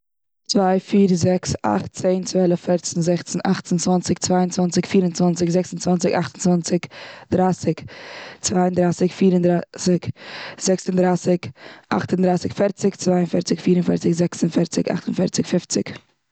צוויי, פיר, זעקס, אכט, צען, צוועלעף, פערצן, זעכצן, אכצן, צוואנציג, צוויי און צוואנציג, פיר און צוואנציג, אכט און צוואנציג, דרייסיג, צוויי און דרייסיג, פיר און דרייסיג, זעקס און דרייסיג, אכט און דרייסיג, פערציג, צוויי און פערציג, פיר און פערציג, זעקס און פערציג, אכט און פערציג, פופציג,